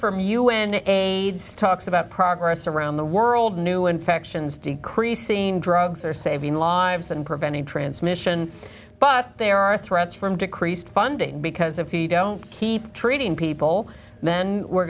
from u n a talks about progress around the world new infections decrease seen drugs are saving lives and preventing transmission but there are threats from decreased funding because if you don't keep treating people then we're